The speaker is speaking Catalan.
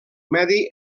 medi